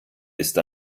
ist